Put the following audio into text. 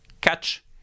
catch